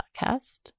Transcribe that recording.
podcast